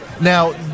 Now